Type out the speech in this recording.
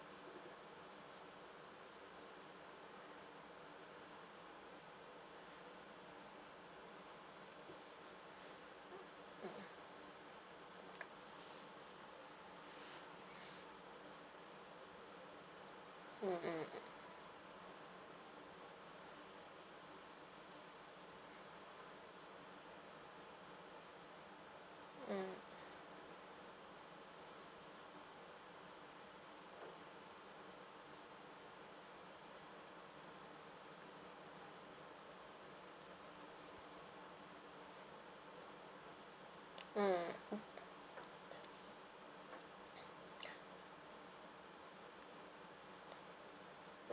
mm mm mm mm